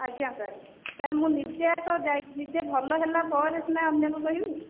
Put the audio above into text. ଆଜ୍ଞା sir sir ମୁଁ ନିଜେ ଆଗ ଯାଇକି ନିଜେ ଭଲ ହେଲାପରେ ସିନା ଅନ୍ୟକୁ କହିବି